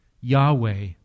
Yahweh